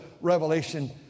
Revelation